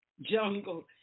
jungle